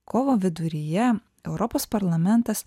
kovo viduryje europos parlamentas